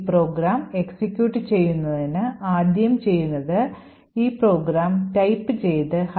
ഈ program execute ചെയ്യുന്നതിന് ആദ്യം ചെയ്യുന്നത് ഈ പ്രോഗ്രാം type ചെയ്തു hello